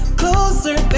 closer